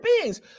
beings